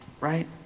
right